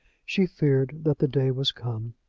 she feared that the day was come.